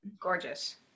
Gorgeous